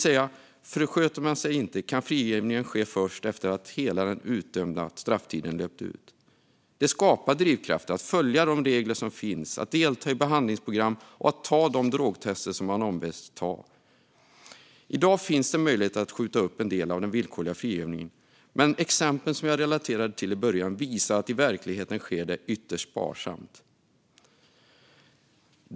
Sköter man sig inte ska frigivningen alltså ske först efter att hela den utdömda strafftiden löpt ut. Detta skapar drivkrafter att följa de regler som finns, att delta i behandlingsprogram och att ta de drogtester som man ombeds att ta. I dag finns möjlighet att skjuta upp en del av den villkorliga frigivningen. Exemplet som jag relaterade i början visar dock att detta i verkligheten sker ytterst sparsamt.